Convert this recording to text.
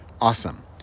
awesome